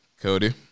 Cody